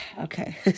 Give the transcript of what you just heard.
okay